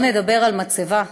שלא לדבר על מצבה.